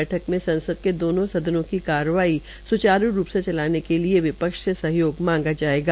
बैठक में संसद के दोनों सदनों की कार्यवाही सुचारू रूप से चलाने के लिए विपक्ष से सहयोग मांगा जाएगा